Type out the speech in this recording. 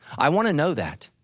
i wanna know that.